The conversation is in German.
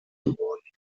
geworden